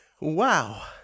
Wow